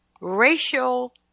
racial